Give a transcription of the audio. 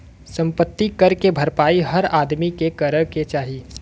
सम्पति कर के भरपाई हर आदमी के करे क चाही